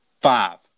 Five